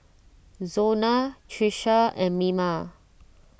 Zona Tricia and Mima